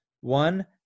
one